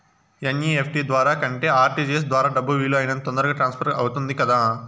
NEFT ద్వారా కంటే RTGS ద్వారా డబ్బు వీలు అయినంత తొందరగా ట్రాన్స్ఫర్ అవుతుంది కదా